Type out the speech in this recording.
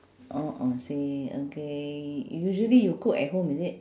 oh oh same okay usually you cook at home is it